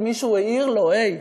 כי מישהו העיר לו: הי,